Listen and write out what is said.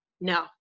no